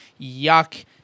yuck